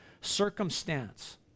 circumstance